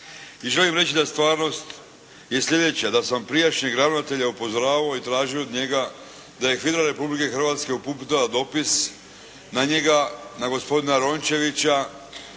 I želim reći da stvarnost je slijedeća, da sam prijašnjeg ravnatelja upozoravao i tražio od njega da …/Govornik se ne razumije./… Republike Hrvatske uputila dopis na njega, na gospodina Rončevića